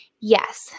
Yes